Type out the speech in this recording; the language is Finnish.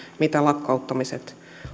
mitä lakkauttamiset